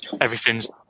everything's